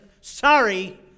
sorry